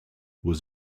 was